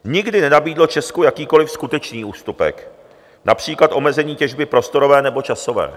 Nikdy nenabídlo Česku jakýkoli skutečný ústupek, například omezení těžby prostorové nebo časové.